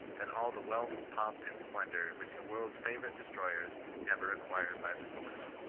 than all the wealth, pomp, and splendour which the world's favourite destroyers ever acquired by the sword.